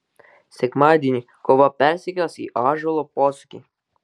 sekmadienį kova persikels į ąžuolo posūkį